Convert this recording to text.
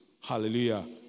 Hallelujah